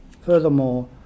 Furthermore